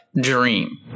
dream